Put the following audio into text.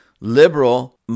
liberal